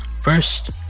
First